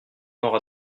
aura